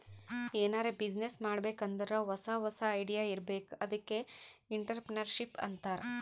ಎನಾರೇ ಬಿಸಿನ್ನೆಸ್ ಮಾಡ್ಬೇಕ್ ಅಂದುರ್ ಹೊಸಾ ಹೊಸಾ ಐಡಿಯಾ ಇರ್ಬೇಕ್ ಅದ್ಕೆ ಎಂಟ್ರರ್ಪ್ರಿನರ್ಶಿಪ್ ಅಂತಾರ್